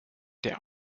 der